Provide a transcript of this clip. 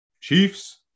Chiefs